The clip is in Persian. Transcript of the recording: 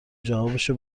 جوابشو